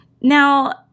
Now